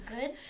good